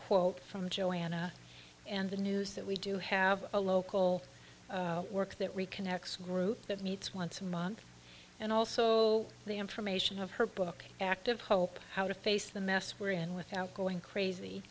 quote from joanna and the news that we do have a local work that reconnects group that meets once a month and also the information of her book active hope how to face the mess we're in without going crazy